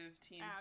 teams